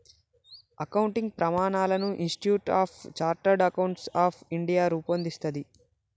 accounting ప్రమాణాలను institute of chartered accountants of India రూపొందిస్తది